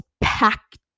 packed